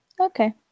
Okay